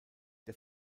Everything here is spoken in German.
der